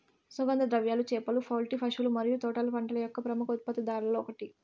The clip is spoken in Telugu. సుగంధ ద్రవ్యాలు, చేపలు, పౌల్ట్రీ, పశువుల మరియు తోటల పంటల యొక్క ప్రముఖ ఉత్పత్తిదారులలో ఒకటి